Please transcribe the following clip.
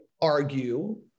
argue